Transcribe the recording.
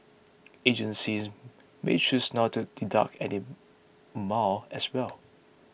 agencies may choose not to deduct any amount as well